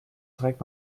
trägt